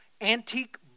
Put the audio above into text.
antique